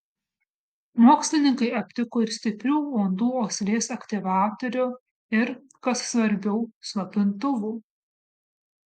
mokslininkai aptiko ir stiprių uodų uoslės aktyvatorių ir kas svarbiau slopintuvų